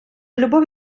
любов